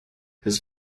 his